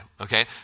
okay